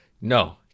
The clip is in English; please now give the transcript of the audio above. no